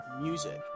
Music